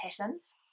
patterns